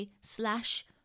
slash